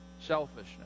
selfishness